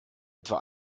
etwa